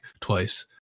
twice